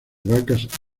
vacas